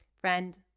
Friend